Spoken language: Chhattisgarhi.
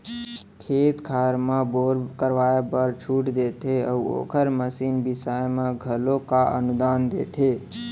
खेत खार म बोर करवाए बर छूट देते अउ ओखर मसीन बिसाए म घलोक अनुदान देथे